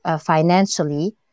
financially